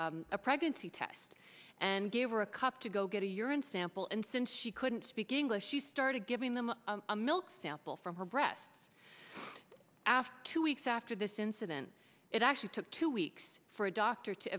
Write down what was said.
her a pregnancy test and gave her a cup to go get a urine sample and since she couldn't speak english she started giving them a milk sample from her breasts after two weeks after this incident it actually took two weeks for a doctor to